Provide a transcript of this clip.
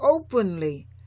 openly